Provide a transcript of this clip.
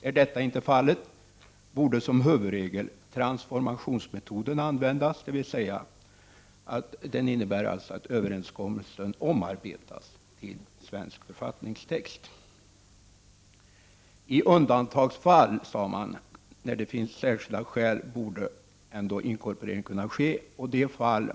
Är detta inte fallet borde som huvudregel transformationsmetoden användas, dvs. överenskommelsen skall omarbetas till svensk författningstext. I undantagsfall när det finns särskilda skäl sade man att inkorporering borde kunna ske.